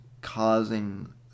causing